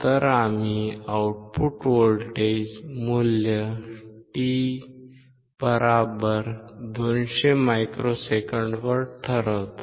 तर आम्ही आउटपुट व्होल्टेजचे मूल्य T 200 मायक्रोसेकंदांवर ठरवतो